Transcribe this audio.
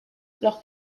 leur